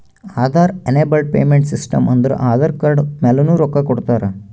Aadhaar enabled payment system ಅಂದುರ್ Aadhaar card ಮ್ಯಾಲನು ರೊಕ್ಕಾ ಕೊಡ್ತಾರ